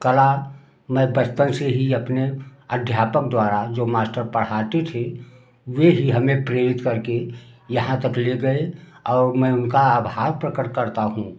कला मैं बचपन से ही अपने अध्यापक द्वारा जो मास्टर पढ़ाते थे वे ही हमें प्रेरित करके यहाँ तक ले गए औ मैं उनका आभार प्रकट करता हूँ